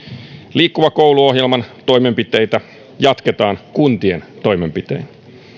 liikkuva koulu ohjelman toimenpiteitä jatketaan kuntien toimenpitein